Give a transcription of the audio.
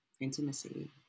intimacy